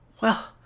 Well